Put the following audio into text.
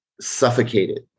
suffocated